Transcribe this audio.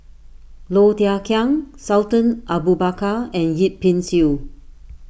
Low Thia Khiang Sultan Abu Bakar and Yip Pin Xiu